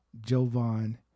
Jovan